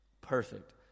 perfect